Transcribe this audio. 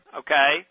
okay